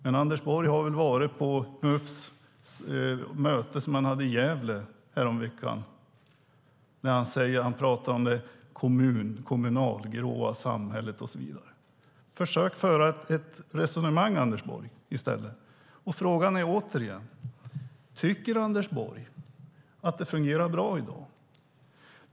Men Anders Borg var väl på Mufs möte i Gävle häromveckan eftersom han pratar om det kommunalgrå samhället. Försök föra ett resonemang i stället, Anders Borg. Frågan är: Tycker Anders Borg att det fungerar bra i dag?